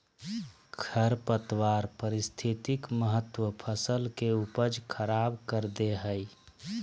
खरपतवार पारिस्थितिक महत्व फसल के उपज खराब कर दे हइ